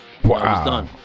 Wow